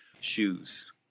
shoes